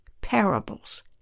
parables